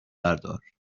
بردار